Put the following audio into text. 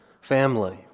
family